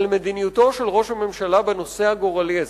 על מדיניותו של ראש הממשלה בנושא הגורלי הזה.